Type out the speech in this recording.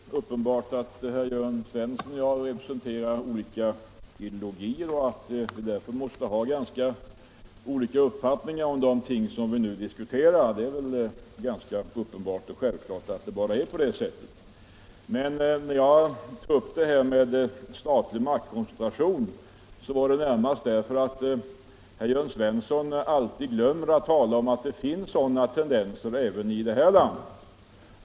Herr talman! Det är uppenbart att herr Jörn Svensson i Malmö och jag representerar olika ideologier och därför måste ha ganska olika uppfattningar om de ting som vi nu diskuterar. Det är väl ganska självklart att det bara är på det sättet. Jag tog upp det här med statlig maktkoncentration närmast därför att herr Jörn Svensson alltid glömmer att tala om att det finns sådana tendenser även i det här landet.